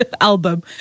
album